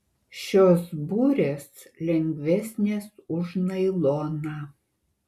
šios burės lengvesnės už nailoną